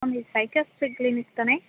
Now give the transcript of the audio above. ma'am இது சைக்காஸ்ட்டு clinic தானே